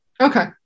okay